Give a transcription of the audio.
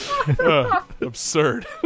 Absurd